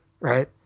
right